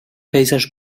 pejzaż